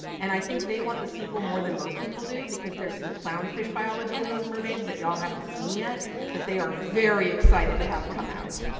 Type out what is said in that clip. and i think they want the sequel more than most people do because there are some clown fish biology in those mermaids that ya'll haven't seen yet that they are very excited to have come out.